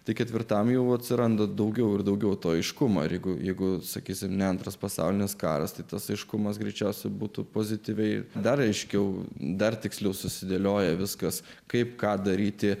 tai ketvirtam jau atsiranda daugiau ir daugiau to aiškumo ir jeigu jeigu sakysi ne antras pasaulinis karas tai tas aiškumas greičiausiai būtų pozityviai dar aiškiau dar tiksliau susidėlioja viskas kaip ką daryti